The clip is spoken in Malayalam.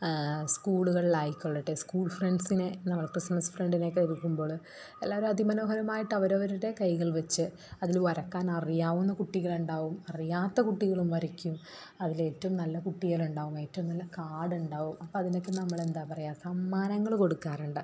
സ്കൂളുകളിലായി കൊള്ളട്ടെ സ്കൂൾ ഫ്രണ്ട്സിനെ നമ്മൾ ക്രിസ്മസ് ഫ്രണ്ടിനെ ഒക്കെ എടുക്കുമ്പോൾ എല്ലാവരും അതി മനോഹരമായിട്ട് അവരവരുടെ കൈകൾ വെച്ച് അതിൽ വരക്കാൻ അറിയാവുന്ന കുട്ടികളുണ്ടാകും അറിയാത്ത കുട്ടികളും വരയ്ക്കും അതിൽ ഏറ്റവും നല്ല കുട്ടികളുണ്ടാകും ഏറ്റവും നല്ല കാർഡുണ്ടാകും അപ്പോൾ അതിനൊക്കെ നമ്മളെന്താ പറയുക സമ്മാനങ്ങൾ കൊടുക്കാറുണ്ട്